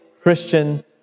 Christian